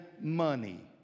money